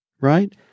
Right